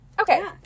Okay